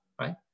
right